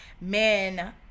men